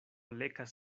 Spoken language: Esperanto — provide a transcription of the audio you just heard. lekas